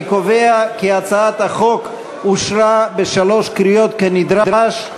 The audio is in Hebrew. אני קובע כי הצעת החוק אושרה בשלוש קריאות כנדרש,